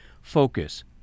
focus